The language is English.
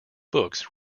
books